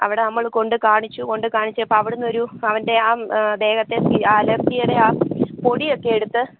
അവിടെ നമ്മൾ കൊണ്ടക്കാണിച്ചു കൊണ്ടക്കാണിച്ചപ്പോൾ അവിടന്നൊരു അവൻ്റെ ആ ദേഹത്തെ അലർജിയുടെ ആ പൊടിയൊക്കെ എടുത്ത്